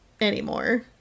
anymore